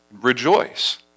rejoice